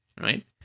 Right